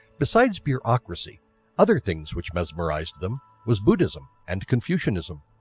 besides bureaucracy other things which mesmerized them was buddhism and confucianism.